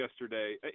yesterday